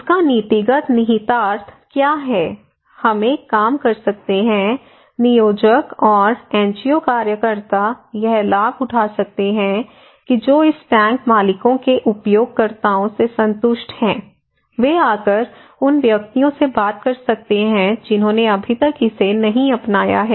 इसका नीतिगत निहितार्थ क्या है हम एक काम कर सकते हैं नियोजक और एनजीओ कार्यकर्ता यह लाभ उठा सकते हैं कि जो इस टैंक मालिकों के उपयोगकर्ताओं से संतुष्ट हैं वे आकर उन व्यक्तियों से बात कर सकते हैं जिन्होंने अभी तक इसे नहीं अपनाया है